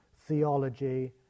theology